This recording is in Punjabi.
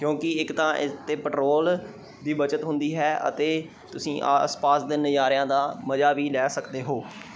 ਕਿਉਂਕਿ ਇੱਕ ਤਾਂ ਇਸ 'ਤੇ ਪੈਟਰੋਲ ਦੀ ਬੱਚਤ ਹੁੰਦੀ ਹੈ ਅਤੇ ਤੁਸੀਂ ਆਸ ਪਾਸ ਦੇ ਨਜ਼ਾਰਿਆਂ ਦਾ ਮਜ਼ਾ ਵੀ ਲੈ ਸਕਦੇ ਹੋ